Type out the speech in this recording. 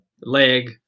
Leg